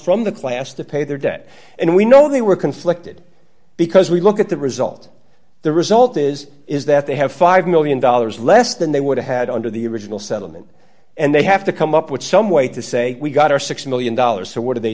from the class to pay their debt and we know they were conflicted because we look at the result the result is is that they have five million dollars less than they would have had under the original settlement and they have to come up with some way to say we got our six million dollars so what do they